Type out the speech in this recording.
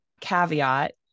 caveat